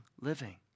living